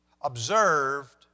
observed